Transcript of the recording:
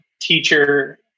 teacher